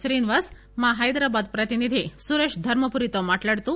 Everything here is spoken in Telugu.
శ్రీనివాస్ మా హైదరాబాద్ ప్రతినిధి సురేష్ ధర్మ పురి తో మాట్లాడుతూ